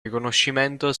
riconoscimento